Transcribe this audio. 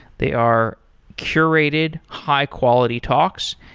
they are curated high quality talks,